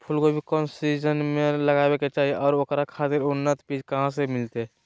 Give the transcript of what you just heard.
फूलगोभी कौन सीजन में लगावे के चाही और ओकरा खातिर उन्नत बिज कहा से मिलते?